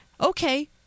Okay